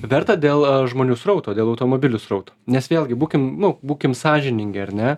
verta dėl žmonių srauto dėl automobilių srauto nes vėlgi būkim nu būkim sąžiningi ar ne